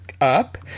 Up